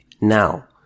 Now